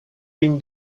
been